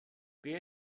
wer